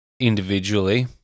individually